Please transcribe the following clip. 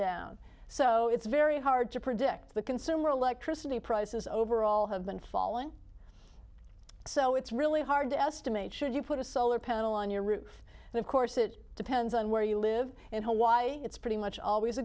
down so it's very hard to predict the consumer electricity prices overall have been falling so it's really hard to estimate should you put a solar panel on your roof and of course it depends on where you live in hawaii it's pretty much always a